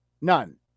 None